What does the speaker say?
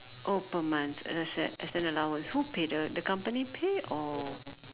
oh per month as an as an allowance who pay the the company pay or